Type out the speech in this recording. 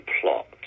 plot